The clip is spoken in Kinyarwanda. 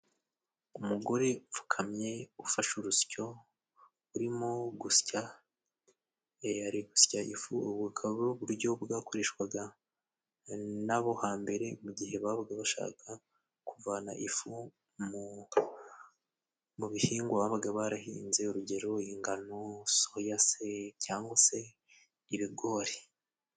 Umugore upfukamye ufashe urusyo urimo gusya, ari gusya ifu. Ubu bukaba ari uburyo bwakoreshwaga nabo hambere mu gihe babaga bashaka kuvana ifu mu bihingwa babaga barahinze, urugero iyingano, soya se cyangwa se ibigori.